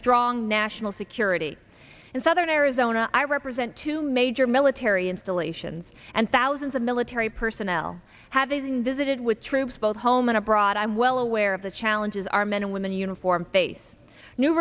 strong national security in southern arizona i represent two major military installations and thousands of military personnel having visited with troops both home and abroad i'm well aware of the challenges our men and women in uniform face new